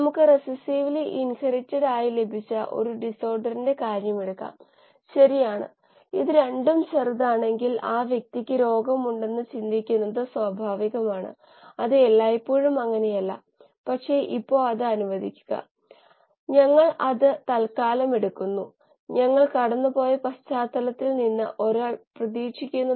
തുടർന്ന് ഡിഎൻഎ പരിഷ്ക്കരണം പുന സംയോജിത ഡിഎൻഎ സാങ്കേതികവിദ്യകളുടെ ഉപയോഗം മുതലായവ പോലുള്ള നമ്മുടെ ആവശ്യങ്ങൾക്കനുസരിച്ച് പരിഷ്കരിക്കാൻ ശ്രമിക്കും